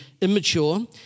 immature